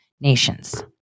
nations